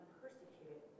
persecuted